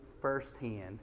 firsthand